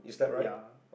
ya